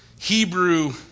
Hebrew